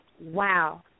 wow